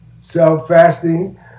self-fasting